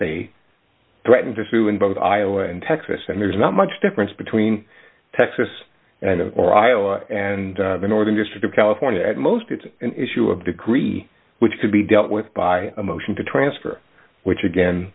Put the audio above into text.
they threaten to sue in both iowa and texas and there's not much difference between texas and of or iowa and the northern district of california at most it's an issue of degree which could be dealt with by a motion to transfer which again